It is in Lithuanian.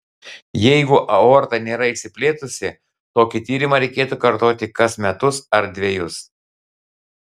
jeigu aorta nėra išsiplėtusi tokį tyrimą reikėtų kartoti kas metus ar dvejus